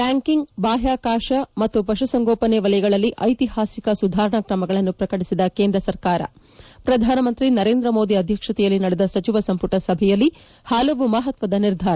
banking ಬಾಹ್ಯಾಕಾಶ ಮತ್ತು ಪಶುಸಂಗೋಪನೆ ವಲಯಗಳಲ್ಲಿ ಐತಿಹಾಸಿಕ ಸುಧಾರಣಾ ಕ್ರಮಗಳನ್ನು ಪ್ರಕಟಿಸಿದ ಕೇಂದ್ರ ಸರ್ಕಾರ ಪ್ರಧಾನಮಂತ್ರಿ ನರೇಂದ್ರ ಮೋದಿ ಅಧ್ಯಕ್ಷತೆಯಲ್ಲಿ ನಡೆದ ಸಚಿವ ಸಂಪುಟ ಸಭೆಯಲ್ಲಿ ಹಲವು ಮಹತ್ಸದ ನಿರ್ಧಾರ